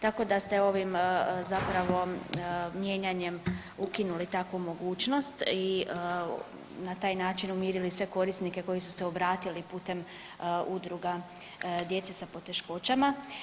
Tako da ste ovim zapravo mijenjanjem ukinuli takvu mogućnost i na taj način umirili sve korisnike koji su se obratili putem udruga djece sa poteškoćama.